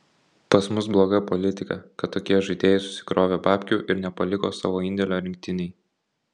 pas mus bloga politika kad tokie žaidėjai susikrovė babkių ir nepaliko savo indėlio rinktinei